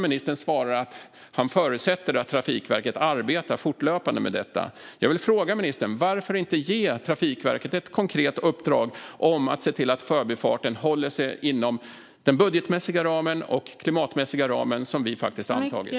Ministern svarar att han förutsätter att Trafikverket arbetar fortlöpande med detta. Jag vill fråga ministern: Varför inte ge Trafikverket ett konkret uppdrag att se till att Förbifarten håller sig inom den budgetmässiga och klimatmässiga ram som vi har antagit?